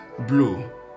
Blue